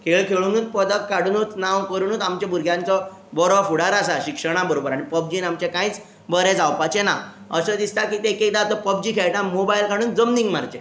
खेळ खेळुनूच पदक काडुनूच नांव करुनूच आमच्या भुरग्यांचो बरो फुडार आसा शिक्षणा बरोबर आनी पबजीन आमचें कांयच बरें जावपाचें ना अशें दिसता की ते एक एकदां तो पबजी खेळटा मोबायल काडून जमनीक मारचे